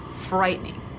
frightening